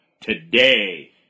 Today